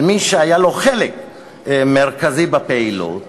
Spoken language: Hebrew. על מי שהיה לו חלק מרכזי בפעילות,